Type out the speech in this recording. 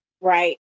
right